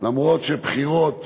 אף שבחירות